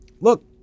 look